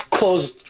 closed